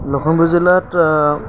লখিমপুৰ জিলাত